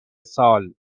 سال